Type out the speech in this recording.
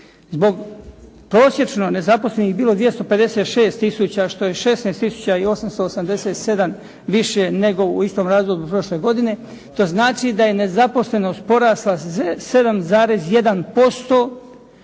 1.8. prosječno nezaposlenih bilo 256 tisuća, što je 16 tisuća i 887 više nego u istom razdoblju prošle godine, to znači da je nezaposlenost porasla za